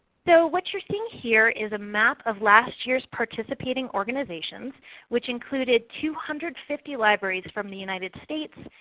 so what you are seeing here is a map of last year's participating organizations which included two hundred and fifty libraries from the united states,